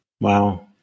Wow